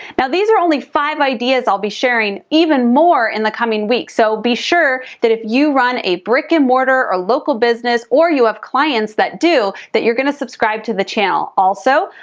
now these are only five ideas. i'll be sharing even more in the coming weeks, so be sure that if you run a brick-and-mortar or a local business or you have clients that do that you're gonna subscribe to the channel. also,